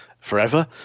forever